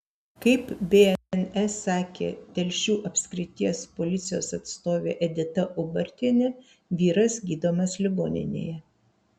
kaip bns sakė telšių apskrities policijos atstovė edita ubartienė vyras gydomas ligoninėje